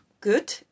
good